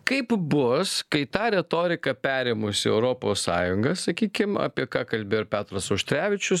kaip bus kai tą retoriką perėmusi europos sąjunga sakykim apie ką kalbėjo ir petras auštrevičius